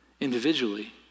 individually